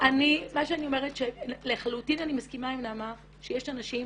מה שאני אומרת שלחלוטין אני מסכימה עם נעמה שיש אנשים